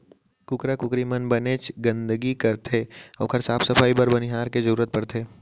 कुकरा कुकरी मन बनेच गंदगी करथे ओकर साफ सफई बर बनिहार के जरूरत परथे